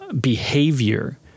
behavior